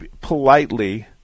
politely